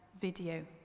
video